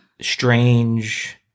strange